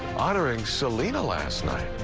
honoring selena last night.